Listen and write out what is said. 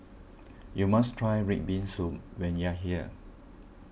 you must try Red Bean Soup when you are here